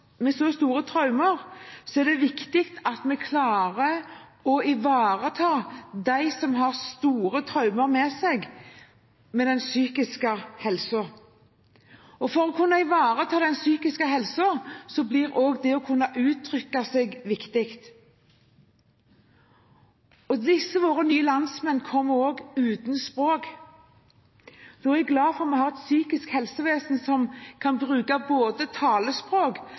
så store traumer, er det viktig at vi klarer å ivareta den psykiske helsen. Og for å kunne ivareta den psykiske helsen blir også det å kunne uttrykke seg viktig. Disse våre nye landsmenn kommer også uten språk. Da er jeg glad for at vi har et psykisk helsevesen som kan bruke både talespråk